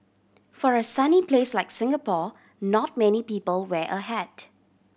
for a sunny place like Singapore not many people wear a hat